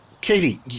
Katie